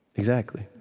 exactly.